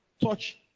touch